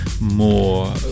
more